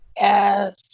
Yes